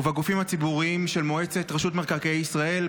ובגופים הציבוריים של מועצת רשות מקרקעי ישראל,